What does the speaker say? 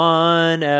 one